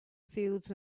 fields